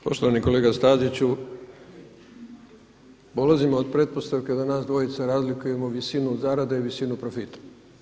Poštovani kolega Staziću, polazimo od pretpostavke da nas dvojca razlikujemo visinu zarade i visinu profita.